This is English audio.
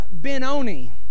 Benoni